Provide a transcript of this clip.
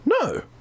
No